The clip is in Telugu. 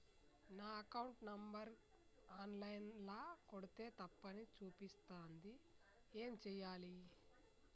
నా అకౌంట్ నంబర్ ఆన్ లైన్ ల కొడ్తే తప్పు అని చూపిస్తాంది ఏం చేయాలి?